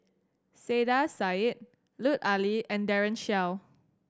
Saiedah Said Lut Ali and Daren Shiau